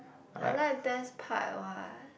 I like best part what